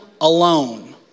alone